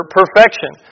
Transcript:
perfection